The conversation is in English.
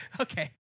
Okay